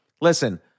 listen